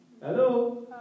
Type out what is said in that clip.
Hello